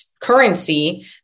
currency